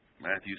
Matthew